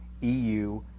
EU